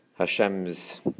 Hashem's